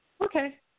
Okay